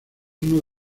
uno